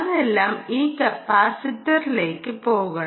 അതെല്ലാം ഈ കപ്പാസിറ്ററിലേക്ക് പോകണം